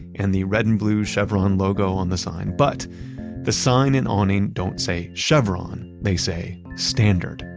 and the red and blue chevron logo on the sign, but the sign and awning don't say chevron, they say standard.